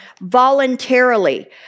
voluntarily